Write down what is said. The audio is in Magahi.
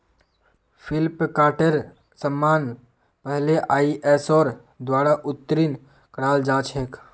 फ्लिपकार्टेर समान पहले आईएसओर द्वारा उत्तीर्ण कराल जा छेक